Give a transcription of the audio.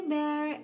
Bear